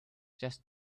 just